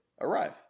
arrive